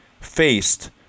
faced